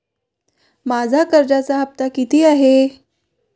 माझा कर्जाचा हफ्ता किती आहे?